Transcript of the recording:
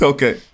Okay